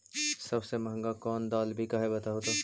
सबसे महंगा कोन दाल बिक है बताहु तो?